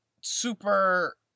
super